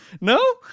No